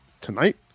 tonight